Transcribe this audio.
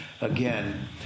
again